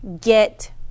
get